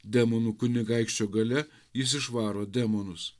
demonų kunigaikščio galia jis išvaro demonus